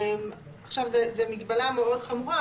עכשיו, זו מגבלה מאוד חמורה.